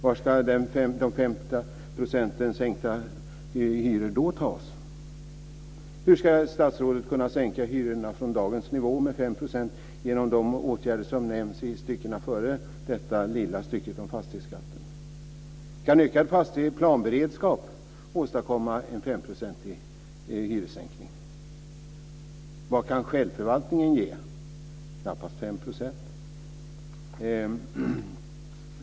Varifrån ska den femprocentiga hyressänkningen då tas? Hur ska statsrådet kunna sänka hyrorna från dagens nivå med 5 % med hjälp av de åtgärder som nämns i styckena före stycket om fastighetsskatten? Kan en ökad planberedskap åstadkomma en femprocentig hyressänkning? Vad kan självförvaltningen ge? Den kan knappast ge 5 %.